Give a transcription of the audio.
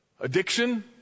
addiction